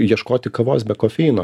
ieškoti kavos be kofeino